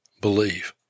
believe